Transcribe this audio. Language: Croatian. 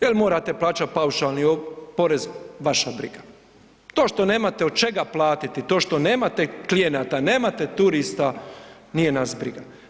Je li morate plaćati paušalni porez, vaša briga, to što nemate od čega platiti, to što nemate klijenata, nemate turista, nije nas briga.